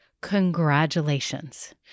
congratulations